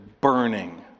burning